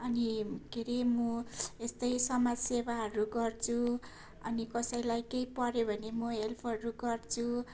अनि के अरे म यस्तै समाजसेवाहरू गर्छु अनि कसैलाई केही पर्यो भने म हेल्पहरू गर्छु